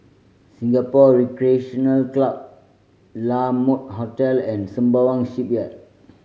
Singapore Recreation Club La Mode Hotel and Sembawang Shipyard